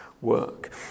work